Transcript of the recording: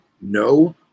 no